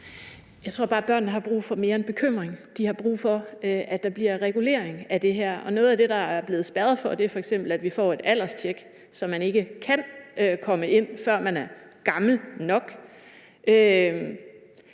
Jeg tror bare, at børnene har brug for mere end bekymring. De har brug for, at der bliver regulering af det her. Noget af det, der er blevet spærret for, er f.eks., at vi får et alderstjek, så man ikke kan komme ind, før man er gammel nok.